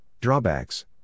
Drawbacks